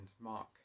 Mark